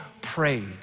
prayed